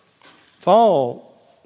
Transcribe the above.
fall